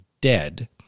dead